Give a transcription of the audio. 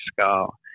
skull